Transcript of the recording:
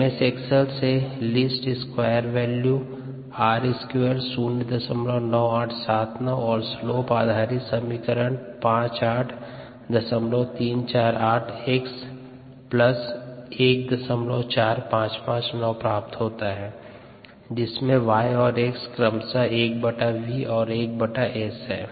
M S Excel से least square value R2 09879 और slope आधारित समीकरण 58348 x 14559 प्राप्त होता है जिसमे y और x क्रमशः 1v और 1S है